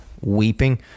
weeping